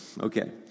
Okay